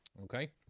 Okay